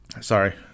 sorry